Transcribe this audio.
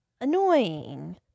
Annoying